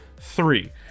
Three